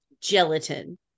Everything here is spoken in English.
gelatin